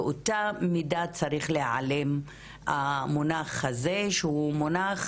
באותה מידה צריך להעלים את המונח הזה שהוא מונח